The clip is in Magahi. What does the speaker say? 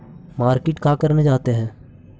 मार्किट का करने जाते हैं?